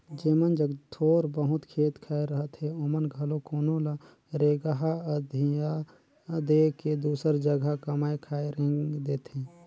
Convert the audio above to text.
जेमन जग थोर बहुत खेत खाएर रहथे ओमन घलो कोनो ल रेगहा अधिया दे के दूसर जगहा कमाए खाए रेंग देथे